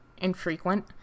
Infrequent